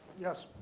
yes?